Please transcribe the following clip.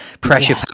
pressure